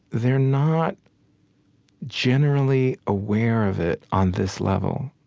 they're not generally aware of it on this level.